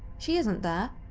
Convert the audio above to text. she isn't there.